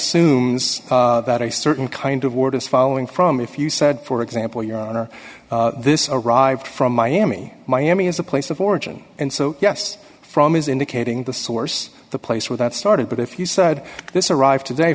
a certain kind of word is following from if you said for example your honor this arrived from miami miami as a place of origin and so yes from is indicating the source the place where that started but if you said this arrived today